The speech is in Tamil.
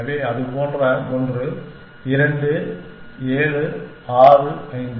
எனவே அது போன்ற ஒன்று 2 7 6 5